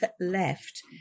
left